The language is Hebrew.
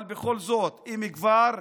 אבל בכל זאת, אם כבר,